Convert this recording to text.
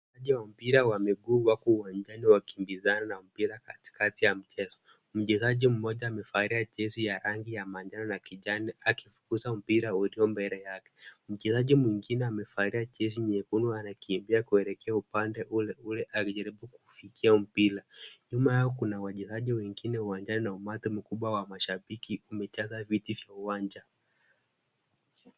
Wachezaji wa mpira wa miguu wako uwanjani wakikimbizana na mpira katikakati ya mchezo. Mchezaji mmoja amevalia jezi la rangi ya manjano na kijani akifukuza mpira ulio mbele yake. Mchezaji mwingine amevalia jezi nyekundu na anakimbia kuelekea upande uleule akijaribu kufikia mpira. Nyuma yao kuna wachezaji wengine uwanjani na umati mkubwa wa mashabiki umejaza viti vya uwanja.